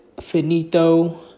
Finito